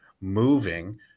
moving